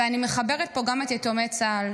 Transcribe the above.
ואני מחברת פה גם את יתומי צה"ל.